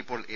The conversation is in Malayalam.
ഇപ്പോൾ എ